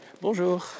Bonjour